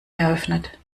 eröffnet